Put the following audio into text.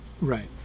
Right